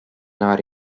not